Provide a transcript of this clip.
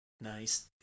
Nice